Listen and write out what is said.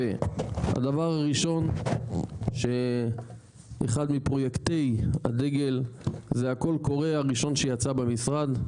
הדבר הראשון שאחד מפרויקטי הדגל זה הקול קורא הראשון שיצא במשרד,